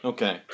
Okay